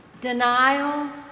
denial